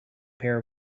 pair